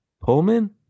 Pullman